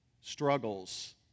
struggles